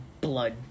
blood